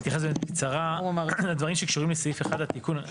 רק נתייחס בקצרה לדברים שקשורים לסעיף 1 לתיקון.